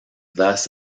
thus